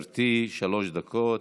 בבקשה, גברתי, שלוש דקות.